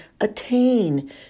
attain